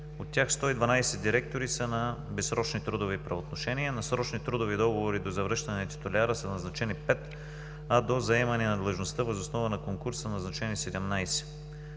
от тях 112 директори са на безсрочни трудови правоотношения, на срочни трудови договори до завръщане на титуляра са назначени 5, а до заемане на длъжността въз основа на конкурс са назначени 17.